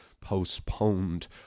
postponed